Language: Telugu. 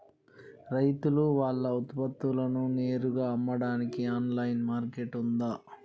రైతులు వాళ్ల ఉత్పత్తులను నేరుగా అమ్మడానికి ఆన్లైన్ మార్కెట్ ఉందా?